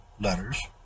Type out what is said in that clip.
letters